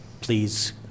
please